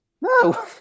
no